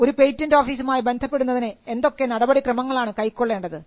ഒരു പേറ്റന്റ് ഓഫീസുമായി ബന്ധപ്പെടുന്നതിന് എന്തൊക്കെ നടപടിക്രമങ്ങളാണ് കൈക്കൊള്ളേണ്ടത്